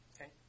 Okay